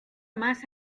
más